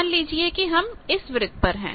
मान लीजिए कि हम इस वृत्त पर हैं